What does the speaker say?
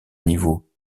niveau